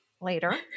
later